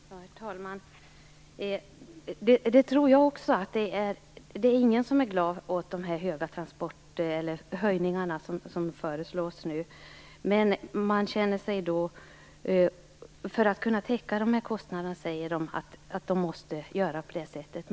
Herr talman! Det tror jag också. Ingen är glad åt de höjningar som nu föreslås. Man säger att man måste göra på det här sättet för att täcka kostnaderna.